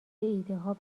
ایدهها